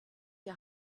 der